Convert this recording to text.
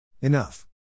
Enough